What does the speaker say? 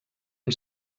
amb